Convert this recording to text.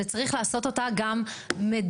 צריך לעשות אותה גם מדורגת,